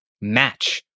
match